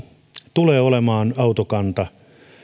tulee olemaan autokanta